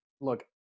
look